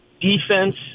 defense